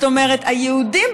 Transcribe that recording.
זאת אומרת היהודים,